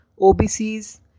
OBCs